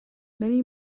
many